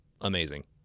amazing